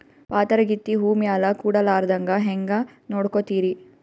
ಪಾತರಗಿತ್ತಿ ಹೂ ಮ್ಯಾಲ ಕೂಡಲಾರ್ದಂಗ ಹೇಂಗ ನೋಡಕೋತಿರಿ?